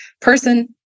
person